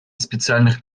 специальных